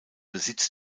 besitz